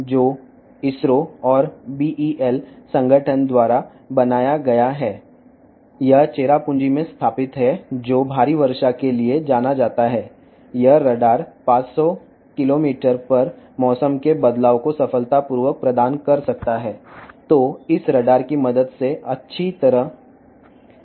భారీ వర్షపాతానికి పేరుగాంచిన చిరపుంజీలో ఇది వ్యవస్థాపించబడింది ఈ రాడార్ 500 కిలోమీటర్ల వద్ద వాతావరణ మార్పులను విజయవంతంగా అందిస్తుంది